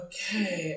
Okay